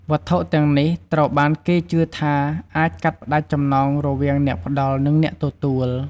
វត្ថុទាំងនេះត្រូវបានគេជឿថាអាចកាត់ផ្តាច់ចំណងរវាងអ្នកផ្តល់ និងអ្នកទទួល។